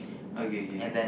okay K